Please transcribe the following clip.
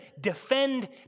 defend